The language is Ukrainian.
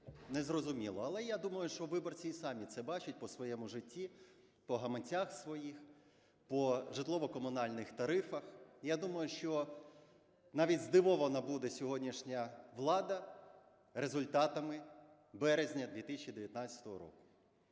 не зрозуміло. Але я думаю, що виборці і самі це бачать по своєму життю, по гаманцях своїх, по житлово-комунальних тарифах. Я думаю, що навіть здивована буде сьогоднішня влада результатами березня 2019 року.